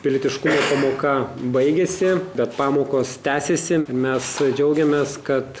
pilietiškumo pamoka baigėsi bet pamokos tęsiasi mes džiaugiamės kad